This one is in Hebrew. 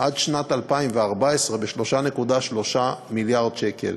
עד שנת 2014 ב-3.3 מיליארד שקל.